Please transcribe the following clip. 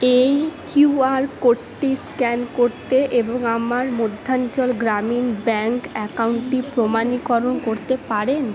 এই কিউআর কোডটি স্ক্যান করতে এবং আমার মধ্যাঞ্চল গ্রামীণ ব্যাংক অ্যাকাউন্টটি প্রমাণীকরণ করতে পারেন